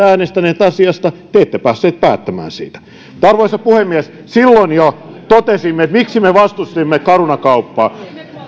äänestänyt asiasta te ette päässeet päättämään siitä arvoisa puhemies silloin jo totesimme sen miksi me vastustimme caruna kauppaa